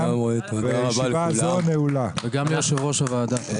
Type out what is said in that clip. וגם ליושב ראש הוועדה.